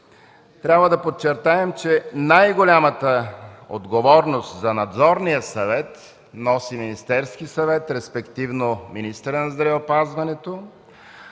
трябва да подчертаем, че най-голямата отговорност за Надзорния съвет носи Министерският съвет, респективно министърът на здравеопазването,